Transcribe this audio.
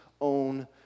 own